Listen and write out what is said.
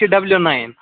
یہِ چھِ W nine